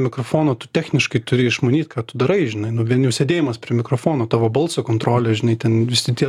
mikrofono tu techniškai turi išmanyt ką tu darai žinai nu vien jau sėdėjimas prie mikrofono tavo balso kontrolė žinai ten visi tie